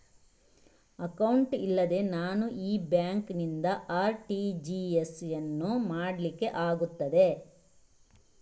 Account ಇಲ್ಲದೆ ನಾನು ಈ ಬ್ಯಾಂಕ್ ನಿಂದ ಆರ್.ಟಿ.ಜಿ.ಎಸ್ ಯನ್ನು ಮಾಡ್ಲಿಕೆ ಆಗುತ್ತದ?